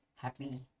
happy